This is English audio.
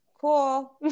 cool